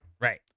Right